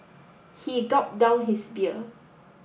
he gulped down his beer